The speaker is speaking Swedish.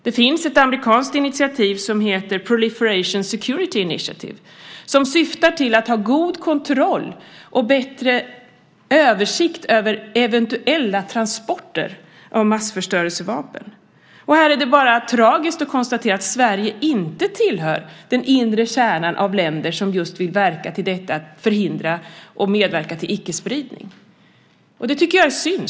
Det finns ett amerikanskt initiativ som heter Proliferation Security Initiative som syftar till att ha god kontroll och bättre översikt över eventuella transporter av massförstörelsevapen. Här är det bara tragiskt att konstatera att Sverige inte tillhör den inre kärna av länder som vill medverka till icke-spridning. Det tycker jag är synd.